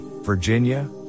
Virginia